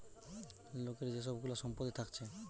লোকের যে সব গুলা সম্পত্তি থাকছে